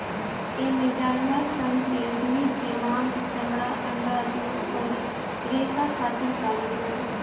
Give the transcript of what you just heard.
एइमे जानवर सन के ओकनी के मांस, चमड़ा, अंडा, दूध अउरी रेसा खातिर पालल जाला